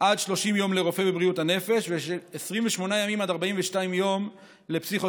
עד 30 יום לרופא בבריאות הנפש ועל 28 עד 42 יום לפסיכותרפיה.